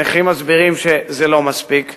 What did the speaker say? הנכים מסבירים שזה לא מספיק,